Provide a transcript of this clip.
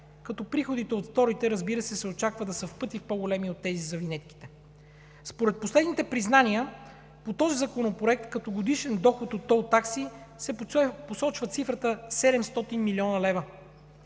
като приходите от вторите, разбира се, се очаква да са в пъти по-големи от тези за винетките. Според последните признания по този законопроект като годишен доход от тол такси се посочва цифрата 700 млн. лв.